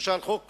למשל חוק